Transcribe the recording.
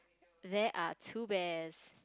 there are two bears